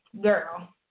Girl